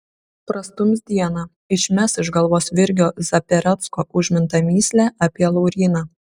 prastums dieną išmes iš galvos virgio zaperecko užmintą mįslę apie lauryną